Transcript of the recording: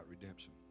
redemption